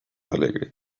alegre